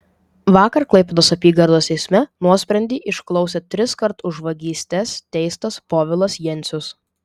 vakar klaipėdos apygardos teisme nuosprendį išklausė triskart už vagystes teistas povilas jencius